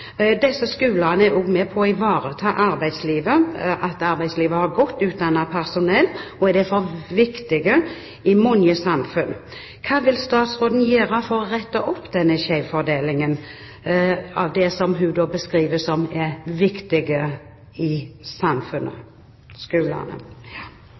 Disse skolene er også med på å ivareta arbeidslivet, slik at arbeidslivet har godt utdannet personell, og er derfor viktige i mange samfunn. Hva vil statsråden gjøre for å rette opp denne skjevfordelingen til skolene, som hun beskriver som viktige i samfunnet?